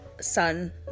son